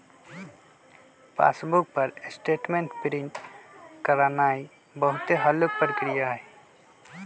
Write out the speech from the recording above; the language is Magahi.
पासबुक पर स्टेटमेंट प्रिंट करानाइ बहुते हल्लुक प्रक्रिया हइ